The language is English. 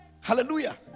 hallelujah